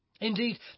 Indeed